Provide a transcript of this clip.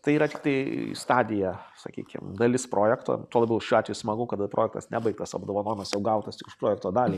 tai yra tiktai stadija sakykim dalis projekto tuo labiau šiuo atveju smagu kada projektas nebaigtas o apdovanojimas jau gautas tik už projekto dalį